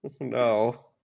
No